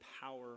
power